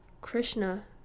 krishna